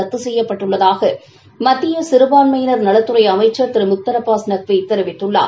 ரத்து சுப்யப்பட்டுள்ளதாக மத்திய சிறுபான்மையினர் நலத்துறை அமைச்சா் திரு முக்தாா் அபாஸ் நக்வி தெரிவித்துள்ளார்